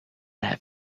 have